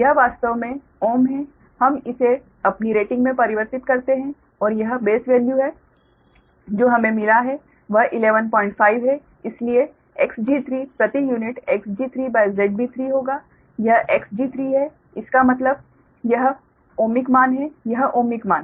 यह वास्तव में ओम है हम इसे अपनी रेटिंग में परिवर्तित करते हैं और यह बेस वैल्यू है जो हमें मिला है वह 115 है इसलिए Xg3 प्रति यूनिट Xg3ZB3 होगा यह Xg3 है इसका मतलब यह ओमिक मान है यह ओमिक मान